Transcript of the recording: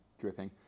dripping